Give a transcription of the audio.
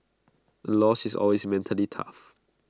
A loss is always mentally tough